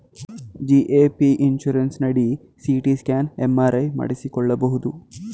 GAP insurance ನಡಿ CT scan, MRI ಮಾಡಿಸಿಕೊಳ್ಳಬಹುದು